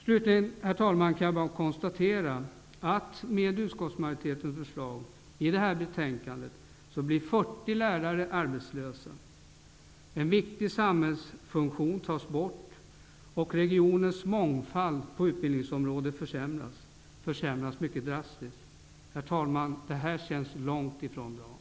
Slutligen, herr talman, kan jag bara konstatera att 40 lärare blir arbetslösa med utskottsmajoritetens förslag i detta betänkande. En viktig samhällsfunktion tas bort, och regionens mångfald på utbildningsområdet försämras mycket drastiskt. Det här känns långt ifrån bra.